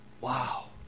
Wow